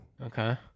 Okay